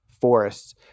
forests